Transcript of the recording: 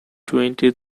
twenty